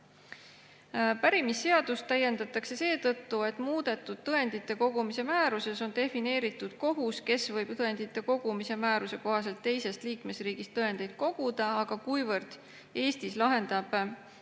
Pärimisseadust täiendatakse seetõttu, et muudetud tõendite kogumise määruses on defineeritud kohus, kes võib tõendite kogumise määruse kohaselt teisest liikmesriigist tõendeid koguda. Kuivõrd Eesti õiguse